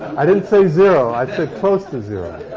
i didn't say zero. i said close to zero.